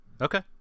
Okay